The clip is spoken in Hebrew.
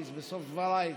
אמליץ בסוף דבריי,